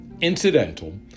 incidental